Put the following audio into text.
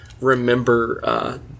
remember –